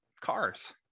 cars